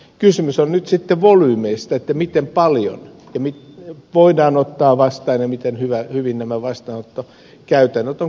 kysymys on nyt sitten volyymeistä miten paljon voidaan ottaa vastaan ja miten hyvin vastaanottokäytännöt on kehitetty